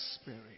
spirit